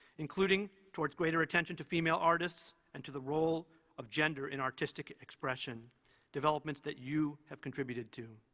including toward greater attention to female artists and to the role of gender in artistic expression developments that you have contributed to.